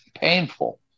painful